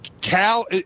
Cal